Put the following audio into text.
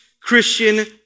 Christian